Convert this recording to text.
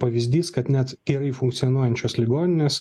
pavyzdys kad net gerai funkcionuojančios ligoninės